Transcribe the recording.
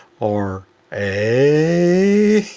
or a,